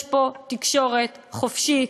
יש פה תקשורת חופשית,